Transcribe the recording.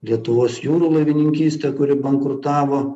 lietuvos jūrų laivininkystę kuri bankrutavo